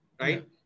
right